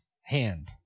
Hand